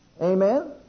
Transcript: Amen